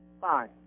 Fine